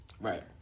Right